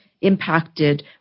impacted